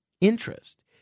Interest